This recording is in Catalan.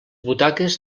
butaques